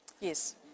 Yes